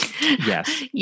yes